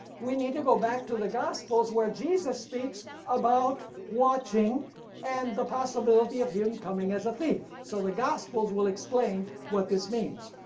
we need to go back to the gospels where jesus speaks about watching and the possibility of him coming as a thief. so the gospels will explain what this means,